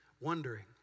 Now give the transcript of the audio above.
wondering